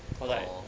orh